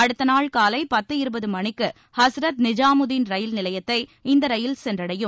அடுத்த நாள் காலை பத்து இருபது மணிக்கு ஹஸ்ரத் நிஜாமுதின் ரயில் நிலையத்தை இந்த ரயில் சென்றடையும்